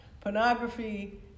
pornography